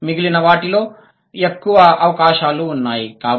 కానీ మిగిలిన వాటిలో ఎక్కువ అవకాశాలు ఉన్నాయి